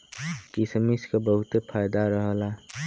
किसमिस क बहुते फायदा रहला